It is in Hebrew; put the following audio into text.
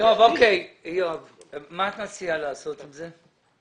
מה את מציעה לעשות עם זה?